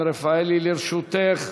הרווחה